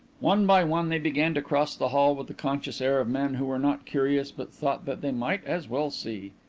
one by one they began to cross the hall with the conscious air of men who were not curious but thought that they might as well see.